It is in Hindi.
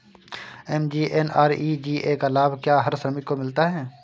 एम.जी.एन.आर.ई.जी.ए का लाभ क्या हर श्रमिक को मिलता है?